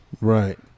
Right